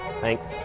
Thanks